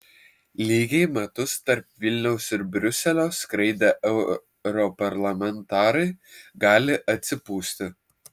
lygiai metus tarp vilniaus ir briuselio skraidę europarlamentarai gali atsipūsti